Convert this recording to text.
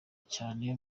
cyane